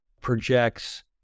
projects